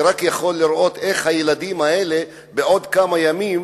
אני רק יכול לראות איך הילדים האלה בעוד כמה ימים